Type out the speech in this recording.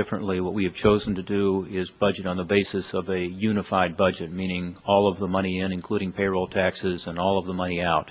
differently what we've chosen to do is budget on the basis of a unified budget meaning all of the money and including payroll taxes and all of the money out